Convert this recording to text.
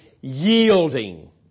yielding